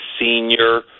senior